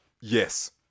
Yes